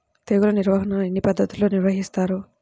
తెగులు నిర్వాహణ ఎన్ని పద్ధతుల్లో నిర్వహిస్తారు?